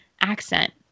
accent